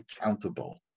accountable